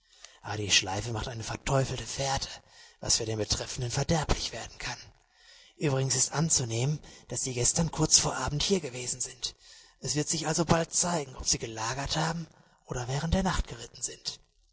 aber die schleife macht eine verteufelte fährte was für den betreffenden verderblich werden kann uebrigens ist anzunehmen daß sie gestern kurz vor abend hier gewesen sind es wird sich also bald zeigen ob sie gelagert haben oder während der nacht geritten sind